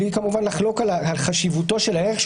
בלי לחלוק על חשיבותו של הערך,